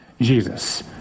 Jesus